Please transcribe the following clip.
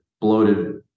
bloated